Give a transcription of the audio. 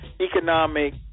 economic